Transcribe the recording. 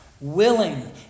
willing